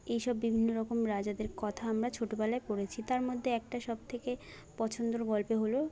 এ সব বিভিন্ন রকম রাজাদের কথা আমরা ছোটোবেলায় পড়েছি তার মধ্যে একটা সব থেকে পছন্দের গল্প হলো